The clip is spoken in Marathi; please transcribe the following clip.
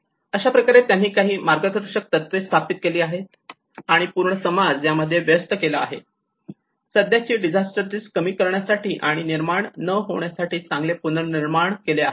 आणि अशाप्रकारे त्यांनी काही प्रकारचे मार्गदर्शक तत्त्वे स्थापित केले आहेत आणि पूर्ण समाज यामध्ये व्यस्त केला आहे आणि सध्याची डिझास्टर रिस्क कमी करण्यासाठी आणि निर्माण न होण्यासाठी चांगले पुनर्निर्माण केले आहे